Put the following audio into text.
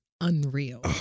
unreal